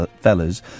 fellas